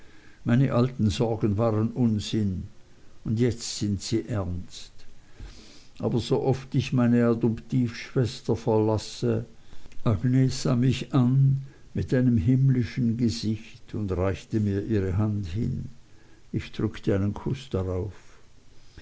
meine alten sorgen waren unsinn und jetzt sind sie ernst aber so oft ich meine adoptivschwester verlasse agnes sah mich an mit einem himmlischen gesicht und reichte mir ihre hand hin ich drückte einen kuß darauf